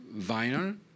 vinyl